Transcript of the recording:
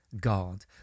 God